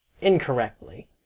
incorrectly